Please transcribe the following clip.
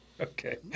okay